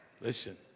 listen